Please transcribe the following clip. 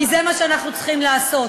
כי זה מה שאנחנו צריכים לעשות.